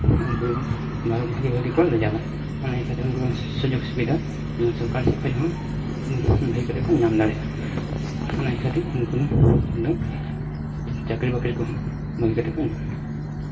ᱩᱱᱠᱩ ᱵᱷᱟᱜᱮ ᱵᱷᱟᱜᱮ ᱠᱚ ᱨᱮᱡᱟᱞᱴᱼᱟ ᱚᱱᱟ ᱠᱷᱟᱹᱛᱤᱨ ᱩᱱᱠᱩ ᱥᱩᱡᱳᱜᱽ ᱥᱩᱵᱤᱫᱷᱟ ᱡᱮᱢᱚᱱ ᱥᱚᱨᱠᱟᱨ ᱥᱮᱡ ᱠᱷᱚᱡ ᱦᱚᱸ ᱵᱷᱟᱜᱮ ᱠᱟᱛᱮ ᱠᱚ ᱧᱟᱢ ᱫᱟᱲᱮᱭᱟᱜᱼᱟ ᱚᱱᱟ ᱠᱷᱟᱹᱛᱤᱨ ᱩᱱᱠᱩ ᱫᱚ ᱪᱟᱹᱠᱨᱤ ᱵᱟᱹᱠᱨᱤ ᱠᱚᱦᱚᱸ ᱵᱟᱜᱮ ᱠᱟᱛᱮ ᱠᱚ ᱧᱟᱢᱟ